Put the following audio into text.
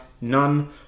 none